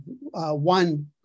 one